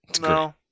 No